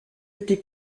été